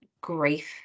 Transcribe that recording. grief